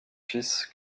fils